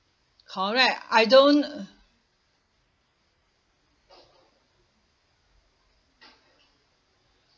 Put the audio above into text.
correct I don't